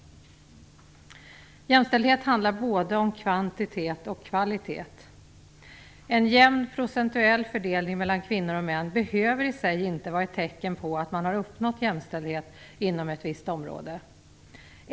Jämställdhet handlar både om kvantitet och kvalitet. En jämn procentuell fördelning mellan kvinnor och män behöver i sig inte vara ett tecken på att man har uppnått jämställdhet inom ett visst område.